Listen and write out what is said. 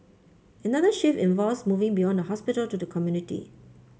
another shift involves moving beyond the hospital to the community